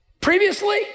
previously